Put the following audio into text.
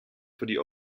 für